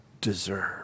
deserve